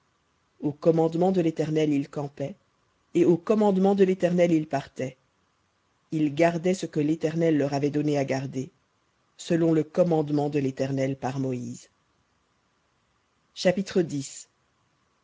au commandement de l'éternel ils campaient et au commandement de l'éternel ils partaient ils gardaient ce que l'éternel leur avait donné à garder selon le commandement de l'éternel par moïse